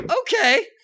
Okay